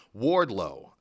Wardlow